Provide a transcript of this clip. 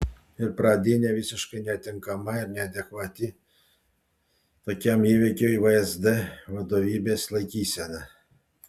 ir pradinė visiškai netinkama ir neadekvati tokiam įvykiui vsd vadovybės laikysena